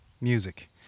music